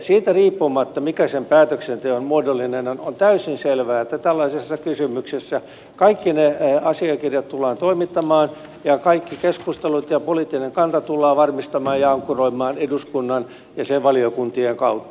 siitä riippumatta mikä sen päätöksenteon muoto on on täysin selvää että tällaisissa kysymyksissä kaikki ne asiakirjat tullaan toimittamaan ja kaikki keskustelut ja poliittinen kanta tullaan varmistamaan ja ankkuroimaan eduskunnan ja sen valiokuntien kautta